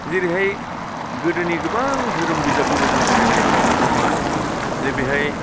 जेरैहाय गोदोनि गोबां धोरोम बिजाबफोरखौ जों जुदि नायोब्ला बेफोर मा जे बेहाय